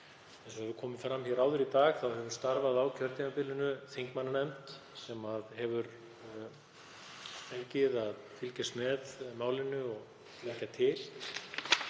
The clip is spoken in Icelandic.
Eins og hefur komið fram áður í dag hefur starfað á kjörtímabilinu þingmannanefnd sem hefur fengið að fylgjast með málinu og leggja til